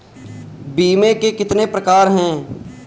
बीमे के कितने प्रकार हैं?